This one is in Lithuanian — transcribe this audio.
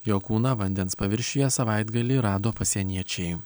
jo kūną vandens paviršiuje savaitgalį rado pasieniečiai